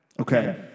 Okay